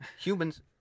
humans